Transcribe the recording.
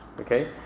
Okay